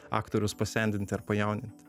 aktorius pasendint ar pajaunint